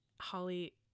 Holly